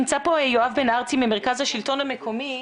נמצא פה יואב בן ארצי ממרכז השלטון המקומי.